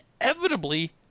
inevitably